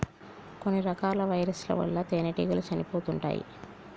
కొన్ని రకాల వైరస్ ల వల్ల తేనెటీగలు చనిపోతుంటాయ్